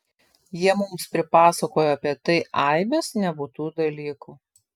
jie mums pripasakoja apie tai aibes nebūtų dalykų